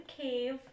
cave